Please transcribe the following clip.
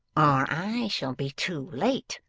or i shall be too late.